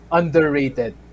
underrated